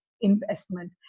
investment